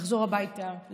לחזור הביתה,